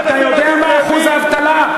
אתה יודע מה שיעור האבטלה?